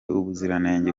ubuziranenge